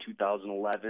2011